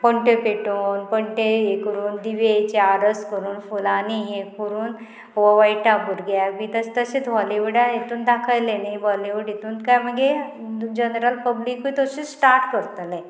पण्टे पेटोवन पण हे करून दिवेचे आरस करून फुलांनी हे करून हो वायटा भुरग्याक बी तशें तशेंच हॉलिवूडा हितून दाखयलें न्ही बॉलिवूड हितून काय मागीर जनरल पब्लीकूय तशें स्टार्ट करतलें